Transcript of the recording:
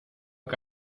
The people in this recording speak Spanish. que